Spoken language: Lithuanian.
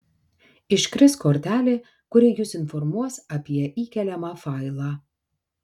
iškris kortelė kuri jus informuos apie įkeliamą failą